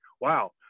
wow